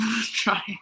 try